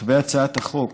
כותבי הצעת החוק